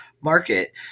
market